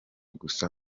gusa